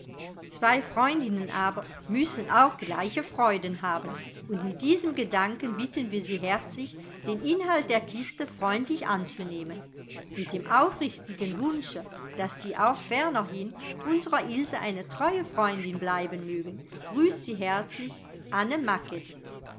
zwei freundinnen aber müssen auch gleiche freuden haben und mit diesem gedanken bitten wir sie herzlich den inhalt der kiste freundlich anzunehmen mit dem aufrichtigen wunsche daß sie auch fernerhin unsrer ilse eine treue freundin bleiben mögen grüßt sie herzlich anne